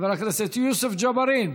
חבר הכנסת יוסף ג'בארין,